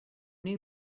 new